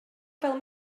fel